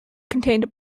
contained